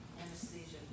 Anesthesia